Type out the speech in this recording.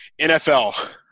NFL